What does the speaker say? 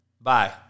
Bye